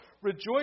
Rejoice